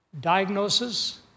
Diagnosis